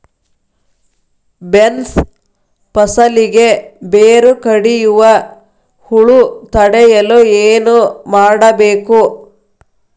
Beans ಫಸಲಿಗೆ ಬೇರು ಕಡಿಯುವ ಹುಳು ತಡೆಯಲು ಏನು ಮಾಡಬೇಕು?